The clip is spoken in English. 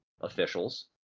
officials